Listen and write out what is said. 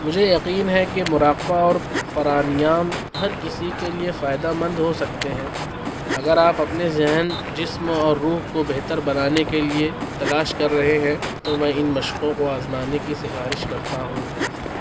مجھے یقین ہے کہ مراقبہ اور پرانیام ہر کسی کے لیے فائدہ مند ہو سکتے ہیں اگر آپ اپنے ذہن جسم اور روح کو بہتر بنانے کے لیے تلاش کر رہے ہیں تو میں ان مشقوں کو آزمانے کی سفارش کرتا ہوں